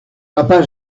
papa